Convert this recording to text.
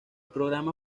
programa